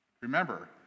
Remember